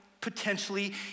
potentially